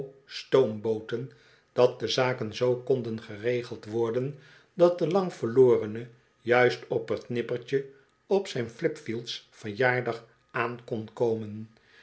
stoombooten dat de zaken zoo konden geregeld worden dat de lang verlor en e juist op t nippertje op zyn flipfield s verjaardag aan kon komen